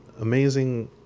amazing